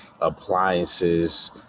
appliances